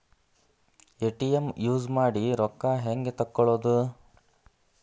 ATM use ಮಾಡಿ ರೊಕ್ಕ ಹೆಂಗೆ ತಕ್ಕೊಳೋದು?